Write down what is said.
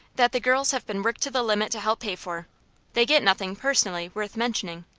that the girls have been worked to the limit to help pay for they get nothing personally, worth mentioning.